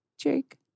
Jake